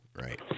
Right